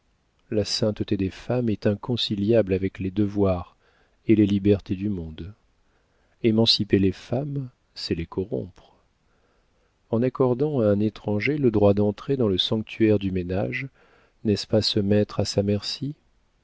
la sainteté des femmes est inconciliable avec les devoirs et les libertés du monde émanciper les femmes c'est les corrompre en accordant à un étranger le droit d'entrer dans le sanctuaire du ménage n'est-ce pas se mettre à sa merci